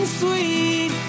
sweet